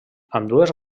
ambdues